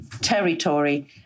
territory